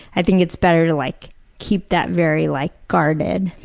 i think it's better to like keep that very like guarded.